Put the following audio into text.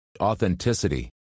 Authenticity